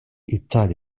iptal